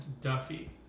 Duffy